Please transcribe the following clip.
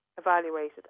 evaluated